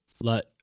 let